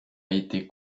été